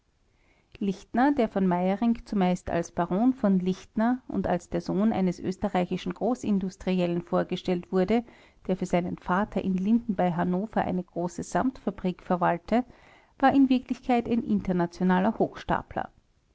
lichtner der von meyerinck zumeist als baron v lichtner und als der sohn eines österreichischen großindustriellen vorgestellt wurde der für seinen vater in linden bei hannover eine große samtfabrik verwalte war in wahrheit ein internationaler hochstapler